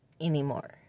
Anymore